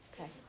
Okay